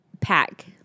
pack